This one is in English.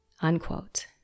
unquote